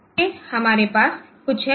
आगे हमारे पास कुछ है